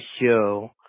show